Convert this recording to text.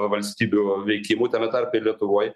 valstybių veikimui tame tarpe ir lietuvoj